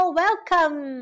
welcome